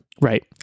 Right